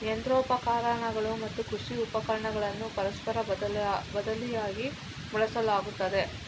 ಯಂತ್ರೋಪಕರಣಗಳು ಮತ್ತು ಕೃಷಿ ಉಪಕರಣಗಳನ್ನು ಪರಸ್ಪರ ಬದಲಿಯಾಗಿ ಬಳಸಲಾಗುತ್ತದೆ